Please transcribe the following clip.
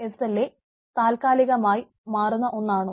S L A ഒരു താൽകാലികമായി മാറുന്ന ഒന്നാണോ